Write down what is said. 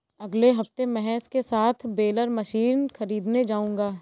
अगले हफ्ते महेश के साथ बेलर मशीन खरीदने जाऊंगा